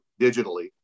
digitally